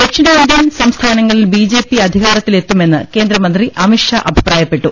ദക്ഷിണേന്ത്യൻ സംസ്ഥാനങ്ങളിൽ ബിജെപി അധികാരത്തിലെത്തു മെന്ന് കേന്ദ്രമന്ത്രി അമിത്ഷാ അഭിപ്രായപ്പെട്ടു